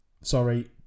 sorry